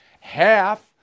half